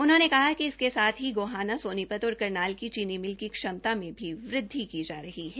उन्होंने कहा कि इसके साथ ही गोहाना सोनीपत और करनाल की चीनी मिल की क्षमता में भी वृद्धि की जा रही है